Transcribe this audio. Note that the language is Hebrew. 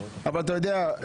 אבל אתה יודע,